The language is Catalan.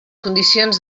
condicions